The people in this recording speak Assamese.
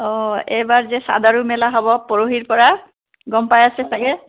অঁ এইবাৰ যে সাধাৰু মেলা হ'ব পৰহিৰ পৰা গম পাই আছে ছাগৈ